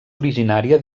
originària